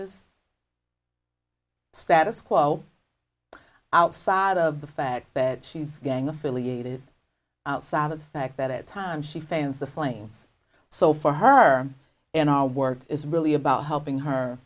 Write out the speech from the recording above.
is status quo outside of the fact that she's gang affiliated outside of fact that it time she fails the flames so for her in our work is really about helping her